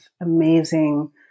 amazing